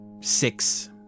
Six